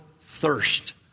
thirst